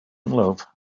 love